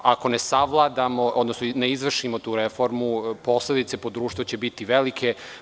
Ako ne savladamo, odnosno ne izvršimo tu reformu, posledice po društvo će biti velike.